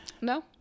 No